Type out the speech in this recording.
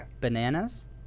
bananas